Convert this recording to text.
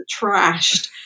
trashed